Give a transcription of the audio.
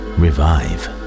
revive